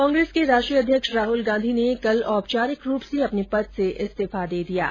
कांग्रेस के राष्ट्रीय अध्यक्ष राहुल गांधी ने कल औपचारिक रूप से अपने पद से इस्तीफा दे दिया है